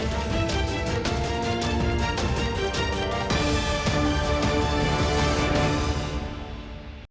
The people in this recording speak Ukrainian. Дякую.